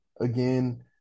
again